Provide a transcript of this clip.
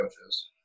coaches